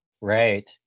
right